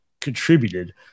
contributed